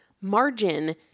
margin